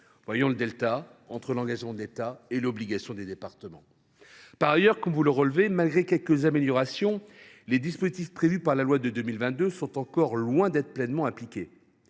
donc le delta qui sépare l’engagement de l’État et les obligations des départements… Par ailleurs, comme vous le relevez, malgré quelques améliorations, les dispositifs prévus par la loi de 2022 sont encore loin d’être pleinement appliqués